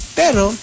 pero